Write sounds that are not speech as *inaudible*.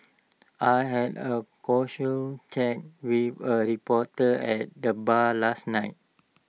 I had A *unintelligible* chat with A reporter at the bar last night